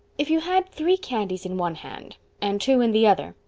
if you had three candies in one hand and two in the other,